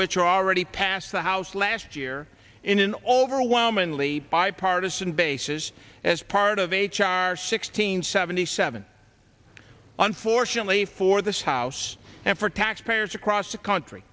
which are already passed the house last year in an overwhelmingly bipartisan basis as part of h r sixteen seventy seven unfortunately for this house and for tax payers across the country